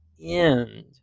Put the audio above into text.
end